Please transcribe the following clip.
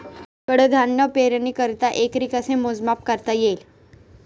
कडधान्य पेरणीकरिता एकरी कसे मोजमाप करता येईल?